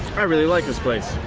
i really like this place.